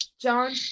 John